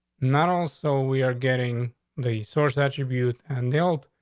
not also we are getting the source attribute and held.